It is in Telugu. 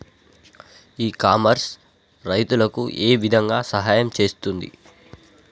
ఇ కామర్స్ రైతులకు ఏ విధంగా సహాయం చేస్తుంది?